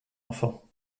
enfant